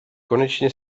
konečně